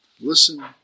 listen